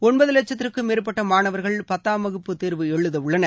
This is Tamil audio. ஒன்பது லட்சத்திற்கும் மேற்பட்ட மாணவர்கள் பத்தாம் வகுப்பு தேர்வு எழுதவுள்ளனர்